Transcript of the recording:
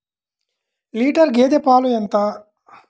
Litre గేదె పాలు ఎంత?